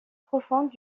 profondes